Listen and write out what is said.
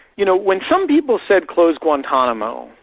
you know, when some people said close guantanamo,